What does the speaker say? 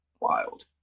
wild